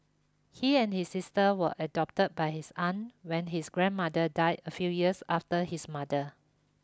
he and his sister were adopted by his aunt when his grandmother died a few years after his mother